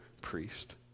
priest